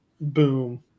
boom